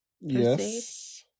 Yes